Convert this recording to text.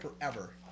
forever